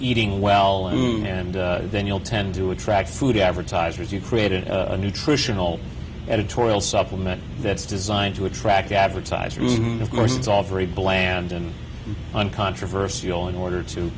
eating well and then you'll tend to attract food advertisers you've created a nutritional editorial supplement that's designed to attract advertisers of course it's all very bland and uncontroversial in order to